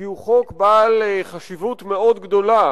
כי הוא חוק בעל חשיבות גדולה